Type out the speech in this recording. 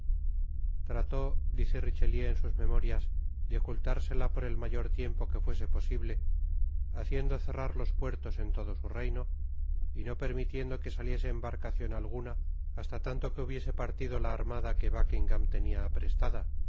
trató dice richelieu en sus memorias de ocultársela por el mayor tiempo que fuese posible haciendo cerrar los puertos en todo su reino y no permitiendo que saliese embarcacion alguna basta tanto que hubiese partido la armada que buckingam tenia aprestada